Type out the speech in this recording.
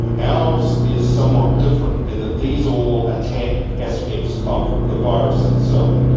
ours is somewhat different in that these all attack aspects of the virus itself,